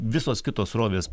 visos kitos srovės